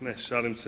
Ne, šalim se.